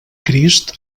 crist